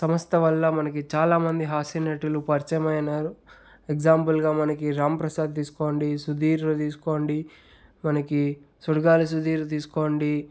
సంస్థ వల్ల మనకి చాలా మంది హాస్యనటులు పరిచయమైనారు ఎక్సమ్ఫుల్గా మనకి రాంప్రసాద్ తీసుకోండి సుధీర్ తీసుకోండి మనకి సుడిగాలి సుధీర్ తీసుకోండి